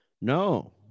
No